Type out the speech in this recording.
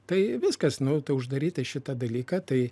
tai viskas nu uždaryti šitą dalyką tai